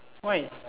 why